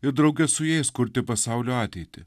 ir drauge su jais kurti pasaulio ateitį